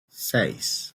seis